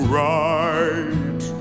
right